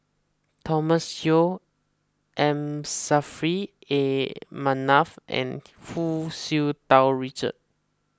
Thomas Yeo M Saffri A Manaf and Hu Tsu Tau Richard